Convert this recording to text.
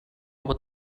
what